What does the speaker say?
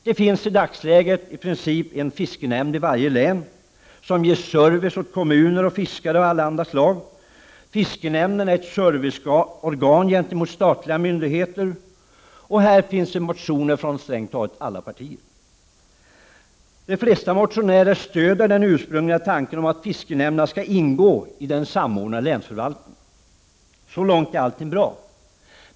Det finns i dagsläget i princip en fiskenämnd i varje län, som ger service åt kommuner och fiskare av allehanda slag. Fiskenämnden är ett serviceorgan gentemot olika myndigheter. På detta område finns motioner från strängt taget alla partier. De flesta motionärerna stöder den ursprungliga tanken om att fiskenämnderna skall ingå i den samordnade länsförvaltningen. Så långt är allting bra.